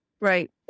Right